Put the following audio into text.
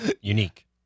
Unique